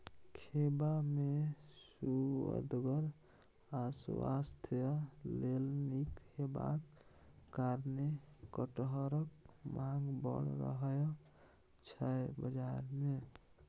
खेबा मे सुअदगर आ स्वास्थ्य लेल नीक हेबाक कारणेँ कटहरक माँग बड़ रहय छै बजार मे